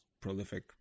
prolific